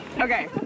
Okay